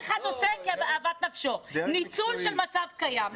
כל אחד עושה כאוות נפשו, ניצול של מצב קיים.